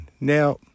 Now